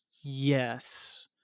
yes